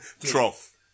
Trough